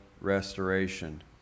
restoration